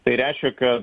tai reiškia ka